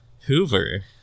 Hoover